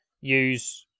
use